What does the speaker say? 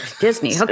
Disney